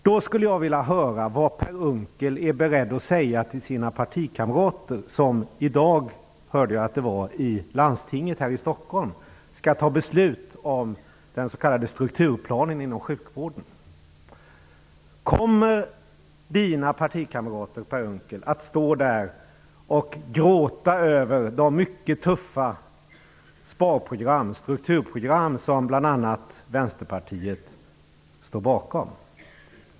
Då skulle jag vilja höra vad Per Unckel är beredd att säga till sina partikamrater i landstinget i Stockholm som i dag skall fatta beslut om den s.k. strukturplanen inom sjukvården. Kommer Per Unckels partikamrater att stå där och gråta över de mycket tuffa sparprogram, strukturprogram, som bl.a. Vänsterpartiet står bakom?